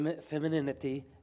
femininity